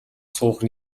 суух